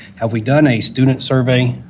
have we done a student survey?